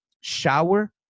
shower